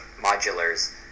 Modulars